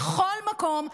בכל מקום,